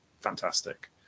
fantastic